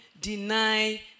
deny